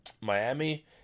Miami